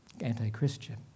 anti-Christian